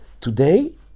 today